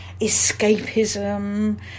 escapism